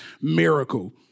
miracle